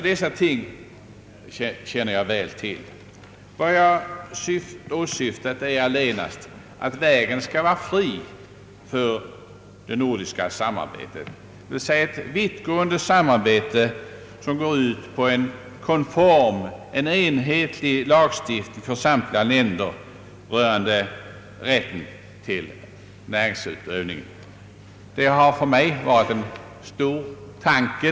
Dessa ting känner jag alltså väl till. Vad jag har åsyftat är allenast att vägen skall vara fri för det nordiska samarbetet. Ett vittgående samarbete som går ut på en konform, en enhetlig lagstiftning för samtliga länder rörande rätten till näringsutövning har för mig varit en stor tanke.